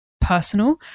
personal